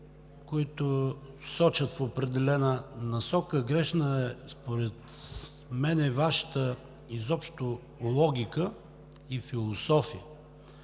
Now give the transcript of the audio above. които сочат в определена насока, грешна е според мен изобщо Вашата логика и философия.